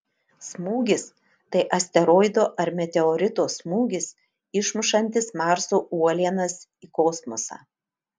smūgis tai asteroido ar meteorito smūgis išmušantis marso uolienas į kosmosą